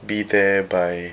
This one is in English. be there by